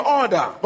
order